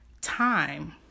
time